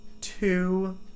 two